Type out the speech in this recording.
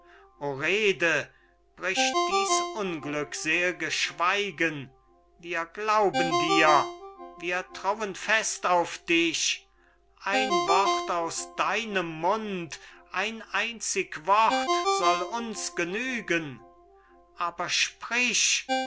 rede brich dies unglückselge schweigen wir glauben dir wir trauen fest auf dich ein wort aus deinem mund ein einzig wort soll uns genügen aber sprich